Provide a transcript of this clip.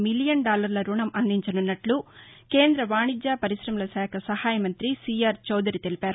million డాలర్ల రుణం అందిచనున్నట్ల కేంద వాణిజ్య పర్కిశమల శాఖ సహాయ మంత్రి సీఆర్ చౌదరి తెలిపారు